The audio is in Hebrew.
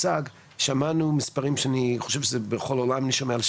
שמענו מספרים שאני חושב שבכל העולם אני שומע,